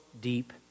deep